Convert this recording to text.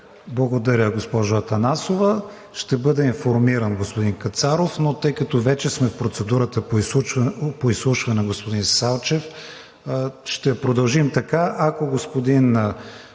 Благодаря, госпожо Атанасова. Ще бъде информиран господин Кацаров, но тъй като вече сме в процедурата по изслушване на господин Салчев, ще продължим така.